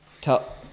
tell